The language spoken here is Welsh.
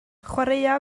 chwaraea